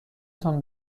تان